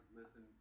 listen